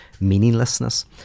meaninglessness